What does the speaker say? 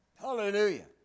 Hallelujah